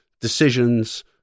decisions